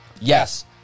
Yes